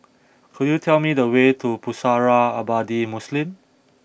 could you tell me the way to Pusara Abadi Muslim